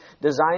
designed